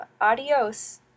adios